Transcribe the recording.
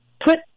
put